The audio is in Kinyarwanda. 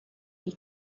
iyi